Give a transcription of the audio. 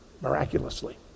miraculously